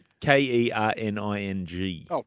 K-E-R-N-I-N-G